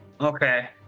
Okay